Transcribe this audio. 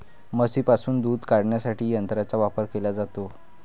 म्हशींपासून दूध काढण्यासाठी यंत्रांचा वापर केला जातो